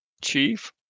Chief